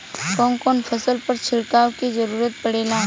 कवन कवन फसल पर छिड़काव के जरूरत पड़ेला?